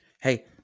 hey